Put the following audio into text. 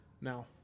now